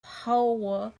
whore